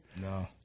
No